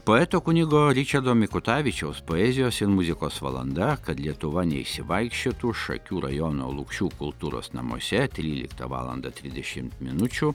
poeto kunigo ričardo mikutavičiaus poezijos ir muzikos valanda kad lietuva neišsivaikščiotų šakių rajono lukšių kultūros namuose tryliktą valandą trisdešimt minučių